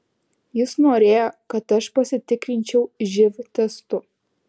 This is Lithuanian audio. jis norėjo kad aš pasitikrinčiau živ testu